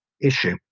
issue